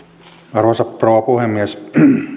arvoisa rouva puhemies